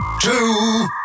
two